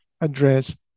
address